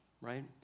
Right